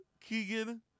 Keegan